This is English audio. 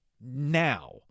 now